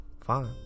Fine